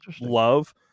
love